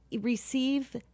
receive